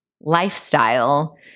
lifestyle